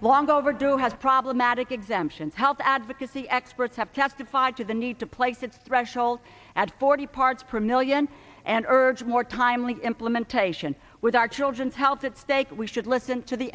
long overdue has problematic exemptions health advocacy experts have testified to the need to place a threshold at forty parts per million and urge more timely implementation with our children's health at stake we should listen to the